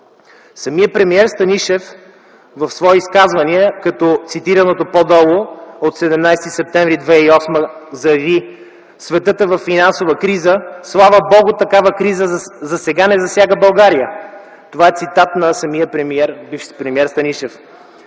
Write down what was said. Самият премиер Станишев в свои изказвания като цитираното по-долу от 17 септември 2008 г. заяви: „Светът е във финансова криза. Слава Богу, такава криза засега не засяга България”. Това е цитат на самия премиер, бивш премиер Станишев.